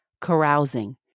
carousing